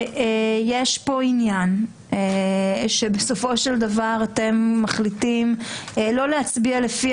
יש פה עניין שבסופו של דבר אתם מחליטים לא להצביע לפי